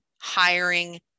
hiring